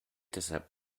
deshalb